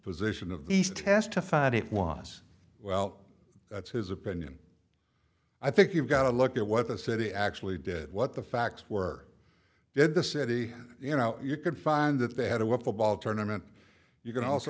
position of these testified it was well that's his opinion i think you've got to look at what the city actually did what the facts were did the city you know you could find that they had a what the ball tournament you can also